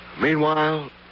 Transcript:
Meanwhile